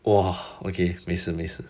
!wah! okay 没事没事